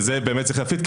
ואת זה צריך להפריד,